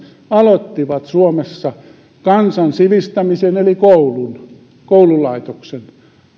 aloittivat suomessa kansan sivistämisen eli koulun koululaitoksen